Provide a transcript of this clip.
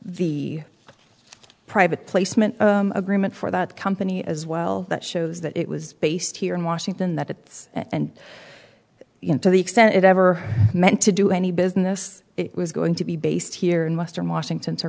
the private placement agreement for that company as well that shows that it was based here in washington that it and you know to the extent it ever meant to do any business it was going to be based here in western washington to